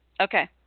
okay